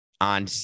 on